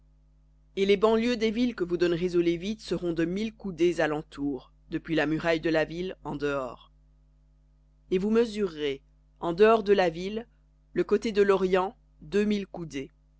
et les banlieues des villes que vous donnerez aux lévites seront de mille coudées à l'entour depuis la muraille de la ville en dehors et vous mesurerez en dehors de la ville le côté de l'orient deux mille coudées